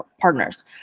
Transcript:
partners